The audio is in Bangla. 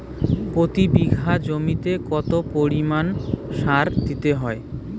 প্রতি বিঘা জমিতে কত পরিমাণ সার দিতে হয়?